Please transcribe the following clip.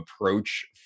approach